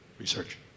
research